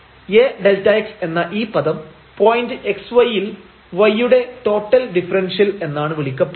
A Δx എന്ന ഈ പദം പോയിന്റ് x y ൽ y യുടെ ടോട്ടൽ ഡിഫറെൻഷ്യൽ എന്നാണ് വിളിക്കപ്പെടുന്നത്